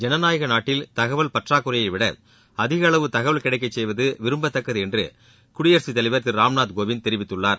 ஜனநாயக நாட்டில் தகவல் பற்றாக்குறையைவிட அதிக அளவு தகவல் கிடைக்கச் செய்வது விரும்பத்தக்கது என்று குடியரசுத் தலைவர் திரு ராம்நாத் கோவிந்த் தெரிவித்துள்ளார்